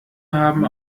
haben